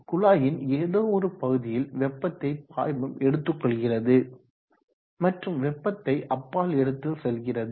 குழாயின் ஏதோவொரு பகுதியில் வெப்பத்தை பாய்மம் எடுத்து கொள்கிறது மற்றும் வெப்பத்தை அப்பால் எடுத்து செல்கிறது